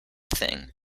thing